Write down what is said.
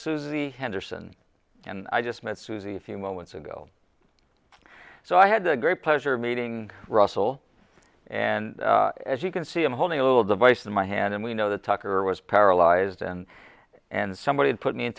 e henderson and i just met susie a few moments ago so i had a great pleasure meeting russell and as you can see i'm holding a little device in my hand and we know that tucker was paralyzed and and somebody put me in